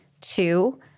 Two